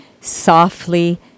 softly